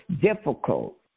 difficult